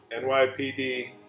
NYPD